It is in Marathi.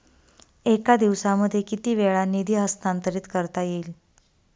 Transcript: एका दिवसामध्ये किती वेळा निधी हस्तांतरीत करता येईल?